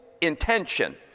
intention